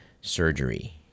surgery